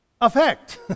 effect